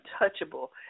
untouchable